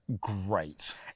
great